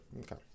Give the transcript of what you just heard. Okay